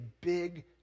big